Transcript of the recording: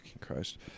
Christ